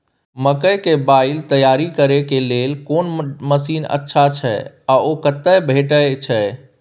मकई के बाईल तैयारी करे के लेल कोन मसीन अच्छा छै ओ कतय भेटय छै